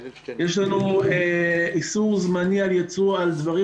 יש לנו איסור זמני על יצוא על דברים